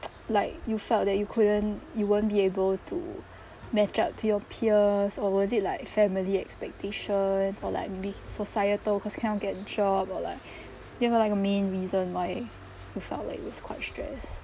like you felt that you couldn't you won't be able to match up to your peers or was it like family expectations or like maybe societal cause cannot get a job or like do you have like a main reason why you felt like it was quite stress